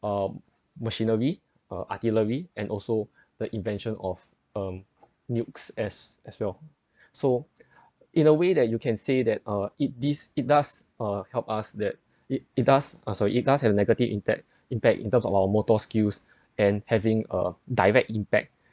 um machinery uh artillery and also the invention of um nukes as as well so in a way that you can say that uh it dis~ it does uh help us that it it does uh sorry it does have negative impact impact in terms of our motor skills and having a direct impact